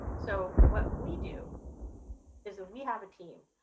so what we do is we have a team.